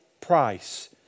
price